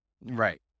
Right